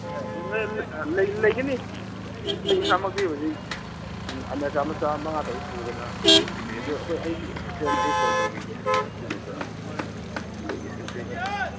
ꯂꯩꯒꯅꯤ ꯑꯩ ꯏꯁꯥꯃꯛꯇꯤ ꯍꯧꯖꯤꯛ ꯑꯃꯦꯔꯤꯀꯥ ꯃꯆꯥ ꯃꯉꯥ ꯇꯔꯨꯛ ꯄꯨꯗꯅ ꯈꯤꯇꯪ ꯆꯤꯜꯂꯤꯌꯦ ꯑꯗꯣ ꯑꯩꯈꯣꯏ ꯑꯩꯒꯤ ꯑꯦꯁꯤꯁꯇꯦꯟꯗ ꯑꯩ ꯐꯣꯟ ꯇꯧꯈꯤꯒꯦ ꯑꯗꯨꯒ ꯑꯩꯈꯣꯏ ꯑꯦꯁꯤꯁꯇꯦꯟꯗꯨꯅ